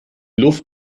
luft